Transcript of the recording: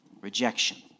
Rejection